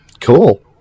Cool